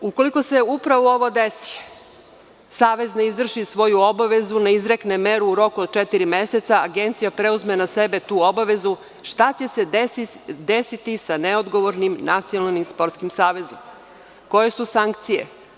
Ukoliko se ovo desi, Savez ne izvrši svoju obavezu, ne izrekne meru u roku od četiri meseca, Agencija preuzme ne sebe tu obavezu, šta će se desiti sa neodgovornim Nacionalnim sportskim savezom, koje su sankcije?